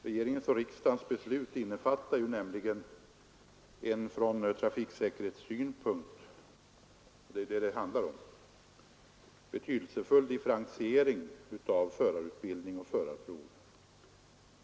Regeringens och riksdagens beslut innefattar nämligen en ur trafiksäkerhetssynpunkt — det är det det handlar om =— betydelsefull differentiering av förarutbildning och förarprov.